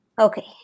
Okay